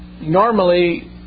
normally